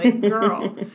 girl